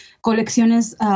colecciones